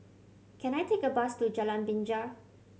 can I take a bus to Jalan Binja